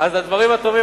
אז הדברים הטובים,